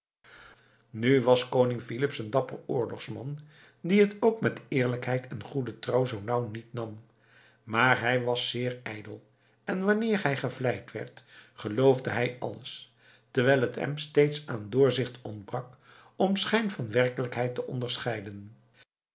nu was koning filips een dapper oorlogsman die het ook met eerlijkheid en goede trouw zoo nauw niet nam maar hij was zeer ijdel en wanneer hij gevleid werd geloofde hij alles terwijl het hem steeds aan doorzicht ontbrak om schijn van werkelijkheid te onderscheiden